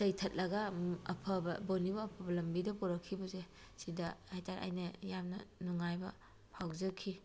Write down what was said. ꯆꯩꯊꯠꯂꯒ ꯑꯐꯕ ꯕꯣꯅꯤꯕꯨ ꯑꯐꯕ ꯂꯝꯕꯤꯗ ꯄꯣꯔꯛꯈꯤꯕꯁꯦ ꯁꯤꯗ ꯍꯥꯏꯇꯥꯔꯦ ꯑꯩꯅ ꯌꯥꯝꯅ ꯅꯨꯡꯉꯥꯏꯕ ꯐꯥꯎꯖꯈꯤ